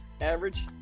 Average